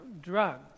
drug